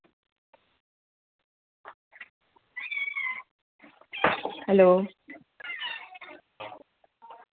hello